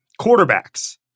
quarterbacks